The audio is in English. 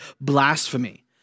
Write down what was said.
blasphemy